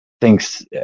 thinks